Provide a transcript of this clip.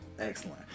Excellent